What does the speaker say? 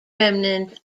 remnant